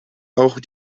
auch